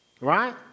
right